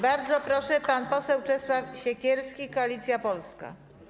Bardzo proszę, pan poseł Czesław Siekierski, Koalicja Polska.